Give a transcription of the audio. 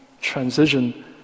transition